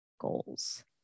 goals